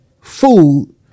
food